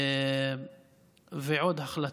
ועוד החלטות.